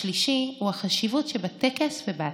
השלישי הוא החשיבות שבטקס ובהצהרה.